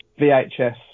VHS